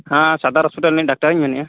ᱦᱮᱸ ᱥᱚᱫᱚᱨ ᱦᱚᱥᱯᱤᱴᱟᱞ ᱨᱮᱱ ᱰᱟᱠᱛᱟᱨᱤᱧ ᱢᱮᱱᱮᱫᱼᱟ